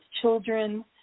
children